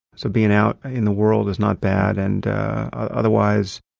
so being out in the world is not bad. and ah otherwise,